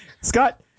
Scott